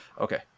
Okay